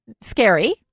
scary